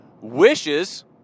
wishes